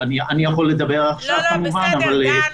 תודה.